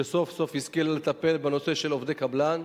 שסוף-סוף השכילה לטפל בנושא של עובדי קבלן,